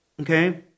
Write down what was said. Okay